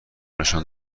نشان